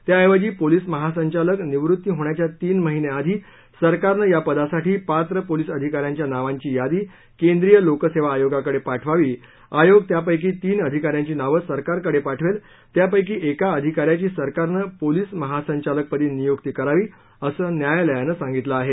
त्याऐवजी पोलिस महासंचालक निवृत्ती होण्याच्या तीन महिने आधी सरकारनं या पदासाठी पात्र पोलिस अधिकाऱ्यांच्या नावांची यादी केंद्रीय लोक सेवा आयोगाकडे पाठवावी आयोग त्यापैकी तीन अधिकाऱ्यांची नावं सरकारकडे पाठवेल त्यापैकी एका अधिकाऱ्याची सरकारनं पोलिस महासचालकपदी नियुक्ती करावी असं न्यायालयानं सांगितलं आहे